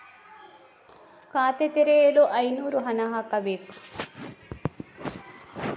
ಖಾತೆ ತೆರೆಯಲು ಎಷ್ಟು ಹಣ ಹಾಕಬೇಕು?